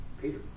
Peter